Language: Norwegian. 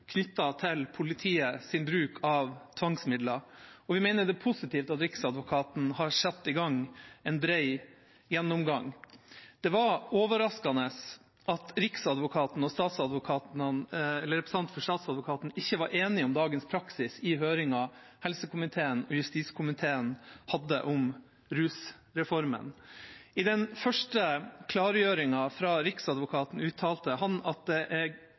bruk av tvangsmidler, og vi mener det er positivt at Riksadvokaten har satt i gang en bred gjennomgang. Det var overraskende at Riksadvokaten og en representant for Statsadvokaten ikke var enig om dagens praksis i høringen helsekomiteen og justiskomiteen hadde om rusreformen. I den første klargjøringen fra Riksadvokaten uttalte han at det